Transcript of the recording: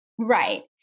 Right